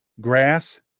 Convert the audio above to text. grass